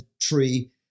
tree